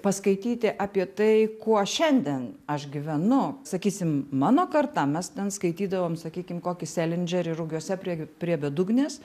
paskaityti apie tai kuo šiandien aš gyvenu sakysim mano karta mes ten skaitydavom sakykim kokį selindžerį rugiuose prie prie bedugnės